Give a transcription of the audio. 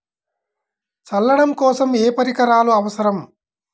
చల్లడం కోసం ఏ పరికరాలు అవసరం?